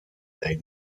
they